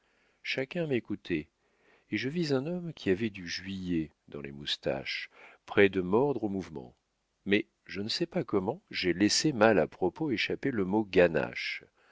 chacun m'écoutait et je vis un homme qui avait du juillet dans les moustaches près de mordre au mouvement mais je ne sais pas comment j'ai laissé mal à propos échapper le mot ganache